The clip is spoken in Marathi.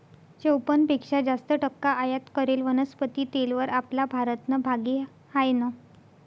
चोपन्न पेक्शा जास्त टक्का आयात करेल वनस्पती तेलवर आपला भारतनं भागी हायनं